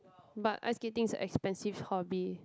but ice skating is expensive hobby